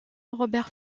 robert